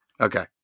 Okay